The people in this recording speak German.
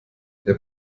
der